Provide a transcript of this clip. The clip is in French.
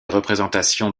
représentations